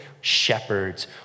shepherds